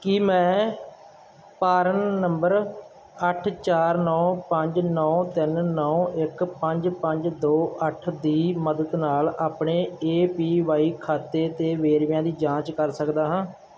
ਕੀ ਮੈਂ PRAN number ਅੱਠ ਚਾਰ ਨੌ ਪੰਜ ਨੌ ਤਿੰਨ ਨੌ ਇੱਕ ਪੰਜ ਪੰਜ ਦੋ ਅੱਠ ਦੀ ਮਦਦ ਨਾਲ ਆਪਣੇ ਏ ਪੀ ਵਾਈ ਖਾਤੇ ਦੇ ਵੇਰਵਿਆਂ ਦੀ ਜਾਂਚ ਕਰ ਸਕਦਾ ਹਾਂ